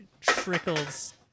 trickles